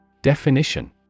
Definition